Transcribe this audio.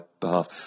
behalf